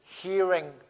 hearing